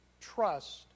trust